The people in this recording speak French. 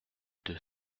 deux